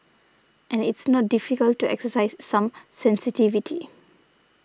and it's not difficult to exercise some sensitivity